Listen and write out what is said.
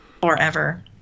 forever